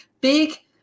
big